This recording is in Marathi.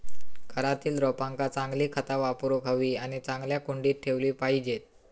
घरातील रोपांका चांगली खता वापरूक हवी आणि चांगल्या कुंडीत ठेवली पाहिजेत